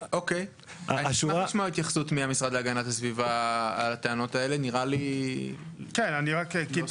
לא הייתי בתפקיד אז אבל אני מבין שהנושא של פיצוי לאחור נדון